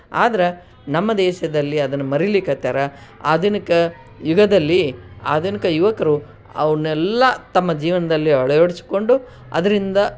ಆದ್ರೆ ನಮ್ಮ ದೇಶದಲ್ಲಿ ಅದನ್ನು ಮರೀಲಿಕ್ಕತ್ತಿದ್ದಾರೆ ಆಧುನಿಕ ಯುಗದಲ್ಲಿ ಆಧುನಿಕ ಯುವಕರು ಅವನ್ನೆಲ್ಲ ತಮ್ಮ ಜೀವನದಲ್ಲಿ ಅಳವಡಿಸಿಕೊಂಡು ಅದರಿಂದ